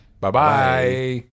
Bye-bye